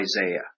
Isaiah